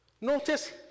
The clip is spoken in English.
Notice